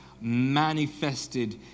manifested